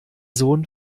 sohn